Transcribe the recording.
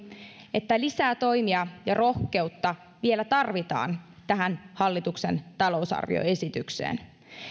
että lisää toimia ja rohkeutta vielä tarvitaan tähän hallituksen talousarvioesitykseen